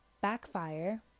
backfire